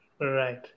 Right